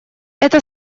это